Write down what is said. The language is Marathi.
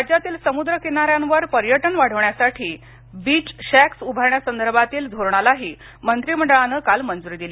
राज्यातील समुद्रकिनाऱ्यांवर पर्यटन वाढवण्यासाठी बीच शॅक्स उभारण्यासंदर्भातील धोरणालाही मंत्रिमंडळानं काल मंजुरी दिली